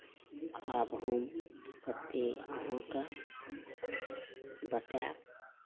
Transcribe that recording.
आब हम कते अहाँकेॅं बताएब